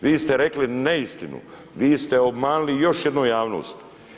Vi ste rekli neistinu, vi ste obmanili još jednom javnost.